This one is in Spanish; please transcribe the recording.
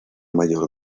mayor